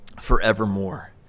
forevermore